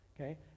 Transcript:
Okay